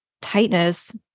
tightness